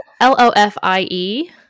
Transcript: l-o-f-i-e